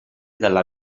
dalla